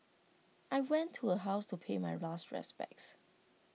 I went to her house to pay my last respects